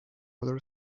other